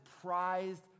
prized